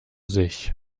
sich